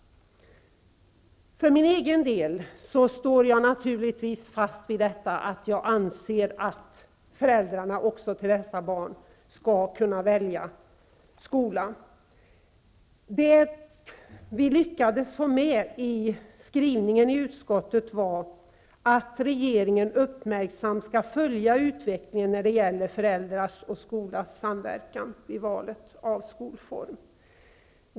För min egen del står jag naturligtvis fast vid min åsikt att också föräldrarna till dessa barn skall kunna välja skola. Det vi lyckades få med i utskottets skrivning var att regeringen uppmärksamt skall följa utvecklingen när det gäller föräldrars och skolas samverkan vid valet av skolform.